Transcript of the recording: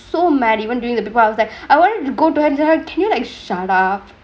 so mad even duringk the paper I was like I wanted to go to her and tell her can you like shut up